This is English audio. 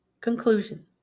Conclusion